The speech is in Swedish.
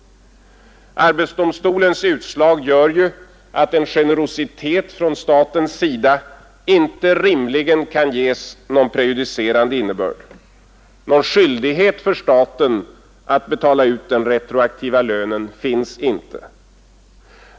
Arbetsdomstolens utslag gör ju att en generositet från statens sida inte rimligen kan ges någon prejudicerande innebörd. Någon skyldighet för staten att betala ut den retroaktiva lönen finns inte.